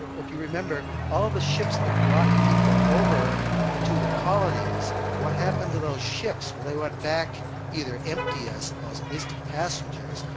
if you remember all the ships that brought people over to the colonies, what happened to those ships when they went back either empty, i suppose, at least of passengers,